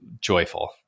joyful